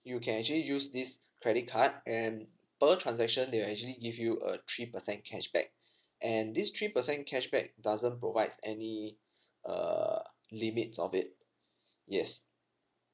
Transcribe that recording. you can actually use this credit card and per transaction they will actually give you a three percent cashback and this three percent cashback doesn't provide any uh limits of it yes